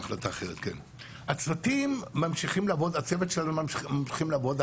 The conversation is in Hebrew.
הצוותים שלנו ממשיכים לעבוד.